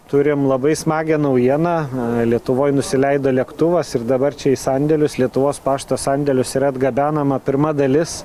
turim labai smagią naujieną lietuvoj nusileido lėktuvas ir dabar čia į sandėlius lietuvos pašto sandėlius yra atgabenama pirma dalis